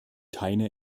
keine